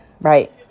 right